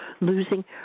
losing